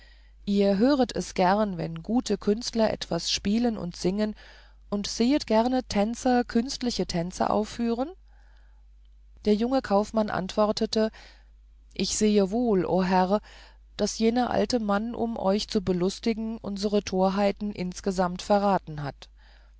ihr höret es gerne wenn gute künstler etwas spielen und singen und sehet gerne tänzer künstliche tänze ausführen der junge kaufmann antwortete ich sehe wohl o herr daß jener alte mann um euch zu belustigen unsere torheiten insgesamt verraten hat